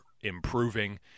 improving